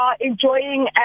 enjoying